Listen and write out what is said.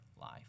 life